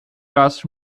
das